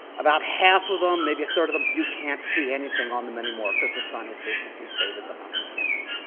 about half of them, maybe a third of them, you can't see anything on them anymore because the sun has basically faded them out. you can't see them.